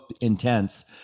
intense